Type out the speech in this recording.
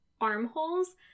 armholes